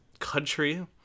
Country